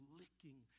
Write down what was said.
licking